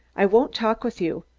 i won't talk with you.